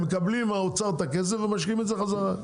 הם מקבלים מהאוצר את הכסף ומשקיעים את זה בחזרה.